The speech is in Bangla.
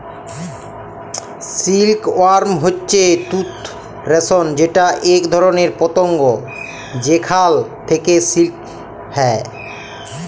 সিল্ক ওয়ার্ম হচ্যে তুত রেশম যেটা এক ধরণের পতঙ্গ যেখাল থেক্যে সিল্ক হ্যয়